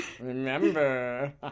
remember